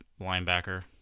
linebacker